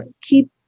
keep